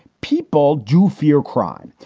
people do fear crime.